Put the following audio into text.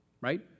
right